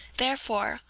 therefore,